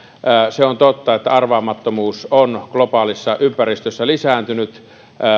se on totta että arvaamattomuus on globaalissa ympäristössä lisääntynyt